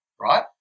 right